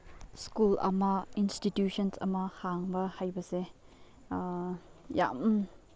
school ꯑꯃ institution ꯑꯃ ꯍꯥꯡꯕ ꯍꯥꯏꯕꯁꯦ ꯌꯥꯝ